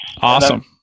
Awesome